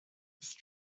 ist